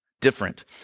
different